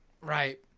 Right